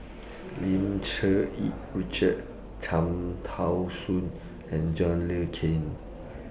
Lim Cherng Yih Richard Cham Tao Soon and John Le Cain